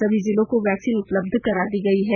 सभी जिलों को वैक्सीन उपलब्ध करा दी गयी है